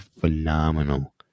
phenomenal